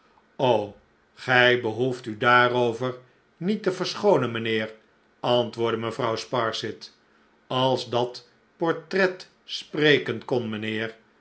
gij behoeft u daarover niet te verschoonen mijnheer antwoordde mevrouw sparsit als dat portret spreken kon mijnheer